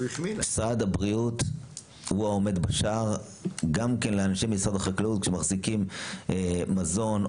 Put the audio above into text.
משרד הבריאות הוא העומד בשער גם כן לאנשי משרד החקלאות שמחזיקים מזון,